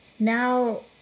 Now